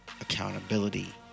accountability